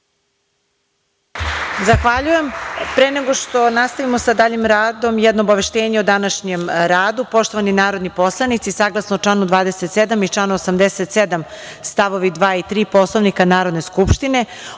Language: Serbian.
Zahvaljujem. Pre nego što nastavimo sa daljim radim, jedno obaveštenje o današnjem radu. Poštovani narodni poslanici, saglasno članu 27. i članu 87. st. 2. i 3. Poslovnika Narodne skupštine,